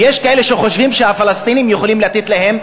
ויש כאלה שחושבים שיכולים לתת לפלסטינים,